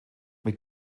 mit